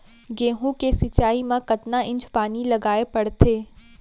गेहूँ के सिंचाई मा कतना इंच पानी लगाए पड़थे?